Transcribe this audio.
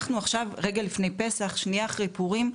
אנחנו עכשיו רגע לפני פסח, שניה אחרי פורים.